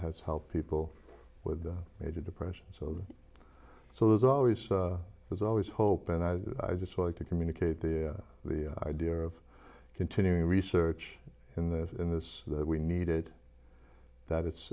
has helped people with major depression so so there's always there's always hope and i i just like to communicate the the idea of continuing research in the in this that we needed that